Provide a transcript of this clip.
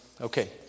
Okay